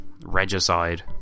regicide